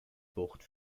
bucht